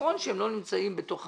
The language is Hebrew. נכון שהם לא נמצאים בתוך